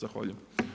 Zahvaljujem.